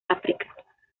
áfrica